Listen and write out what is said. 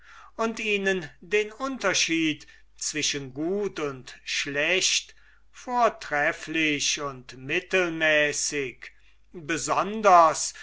und ihnen den unterschied zwischen gut und schlecht vortrefflich und mittelmäßig besonders